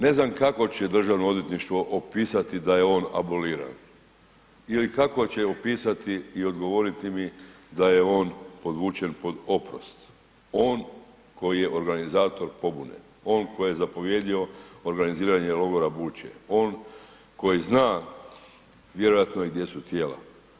Ne znam kako će državno odvjetništvo opisati da je on abolirao ili kako će opisati i odgovoriti mi da je on podvučen pod oprost, on koji je organizator pobune, on koji je zapovjedio organiziranje logora Bučje, on koji zna vjerojatno i gdje su tijela.